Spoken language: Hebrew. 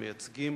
המייצגים